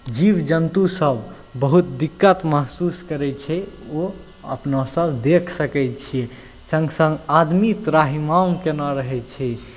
जीव जन्तुसब बहुत दिक्कत महसूस करै छै ओ अपनासब देख सकै छिए सङ्ग सङ्ग आदमी त्राहिमाम केने रहै छै